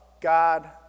God